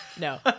No